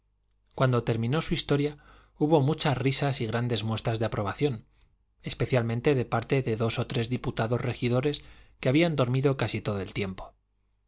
cuando terminó su historia hubo muchas risas y grandes muestras de aprobación especialmente de parte de dos o tres diputados regidores que habían dormido casi todo el tiempo